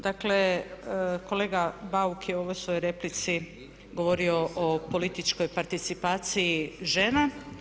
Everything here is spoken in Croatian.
Dakle, kolega Bauk je u ovoj svojoj replici govorio o političkoj participaciji žena.